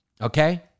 okay